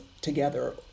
together